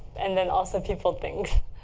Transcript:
and then also people things.